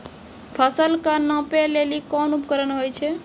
फसल कऽ नापै लेली कोन उपकरण होय छै?